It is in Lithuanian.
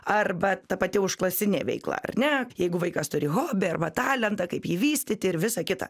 arba ta pati užklasinė veikla ar ne jeigu vaikas turi hobį arba talentą kaip jį vystyti ir visa kita